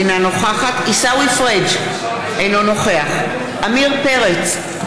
אינה נוכחת עיסאווי פריג' אינו נוכח עמיר פרץ,